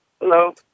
Hello